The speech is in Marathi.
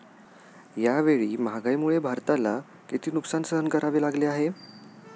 यावेळी महागाईमुळे भारताला किती नुकसान सहन करावे लागले आहे?